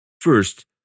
First